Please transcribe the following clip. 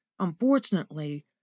unfortunately